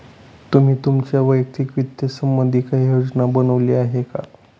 तुम्ही तुमच्या वैयक्तिक वित्त संबंधी काही योजना बनवली आहे का?